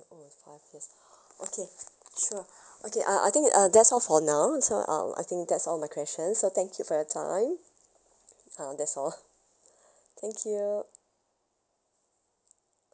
oh it's fast yes okay sure okay uh I think uh that's all for now so um I think that's all of my questions so thank you for your time uh that's all thank you